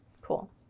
cool